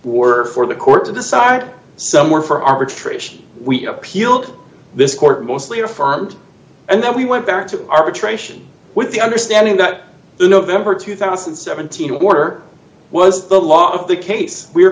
were for the court to decide some were for arbitration we appealed this court mostly affirmed and then we went back to arbitration with the understanding that the november two thousand and seventeen order was the law of the case we